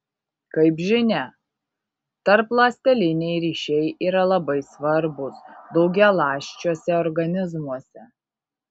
kaip žinia tarpląsteliniai ryšiai yra labai svarbūs daugialąsčiuose organizmuose